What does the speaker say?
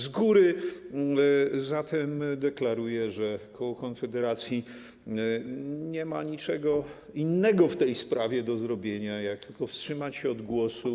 Z góry zatem deklaruję, że koło Konfederacji nie ma niczego innego w tej sprawie do zrobienia, jak tylko wstrzymać się od głosu.